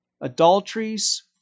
adulteries